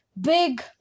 Big